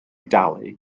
dalu